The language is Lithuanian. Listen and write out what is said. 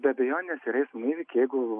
be abejonės ir eismo įvykiai jeigu